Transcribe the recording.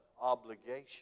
obligation